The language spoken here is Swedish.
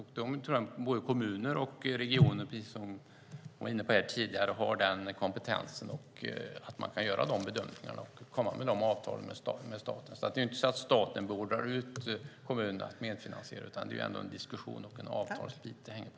Jag tror att både kommuner och regioner, precis som vi var inne på tidigare, har kompetens att göra de bedömningarna och komma fram till de avtalen med staten. Staten beordrar inte kommunerna att medfinansiera, utan det är ändå en diskussion och en avtalsbit det hänger på.